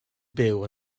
byw